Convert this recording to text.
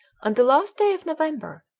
on the last day of november,